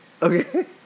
Okay